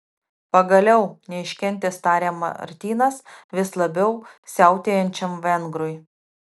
pagaliau neiškentęs tarė martynas vis labiau siautėjančiam vengrui